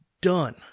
done